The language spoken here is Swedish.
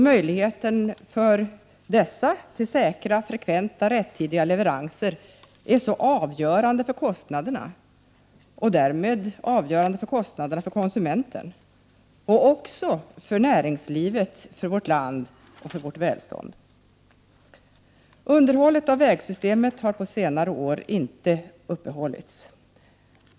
Möjligheten till dessa säkra, frekventa och rättidiga leveranser är avgörande för kostnaderna och därmed också för konsumentens kostnader. Den är också avgörande för näringslivet, vårt land och vårt välstånd. Underhållet av vägsystemet har på senare år inte upprätthållits.